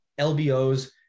LBOs